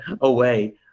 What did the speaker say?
away